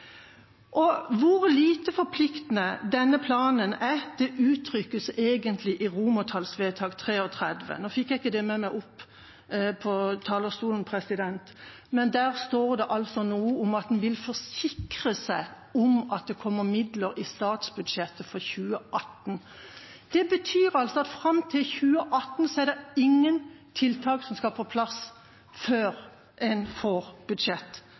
om. Hvor lite forpliktende denne planen er, utrykkes egentlig i romertallsvedtak XXXIII. Nå fikk jeg ikke det med meg opp hit på talerstolen, men der står det noe om at en vil forsikre seg om at det kommer midler i statsbudsjettet for 2018. Det betyr at fram til 2018 skal ingen tiltak på plass, før en får